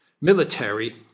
military